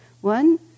one